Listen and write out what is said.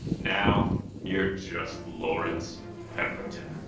now you're just lawrence pemberton.